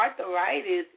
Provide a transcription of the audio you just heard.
arthritis